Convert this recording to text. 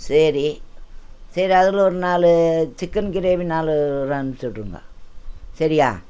சரி சரி அதில் ஒரு நாலு சிக்கன் கிரேவி நாலு அனுபிச்சு விட்ருங்க சரியா